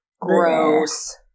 Gross